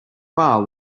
bar